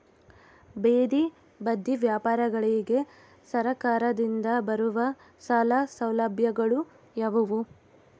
ಬೇದಿ ಬದಿ ವ್ಯಾಪಾರಗಳಿಗೆ ಸರಕಾರದಿಂದ ಬರುವ ಸಾಲ ಸೌಲಭ್ಯಗಳು ಯಾವುವು?